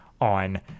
on